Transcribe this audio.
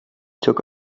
took